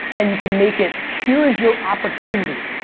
and you can make it here is your opportunity.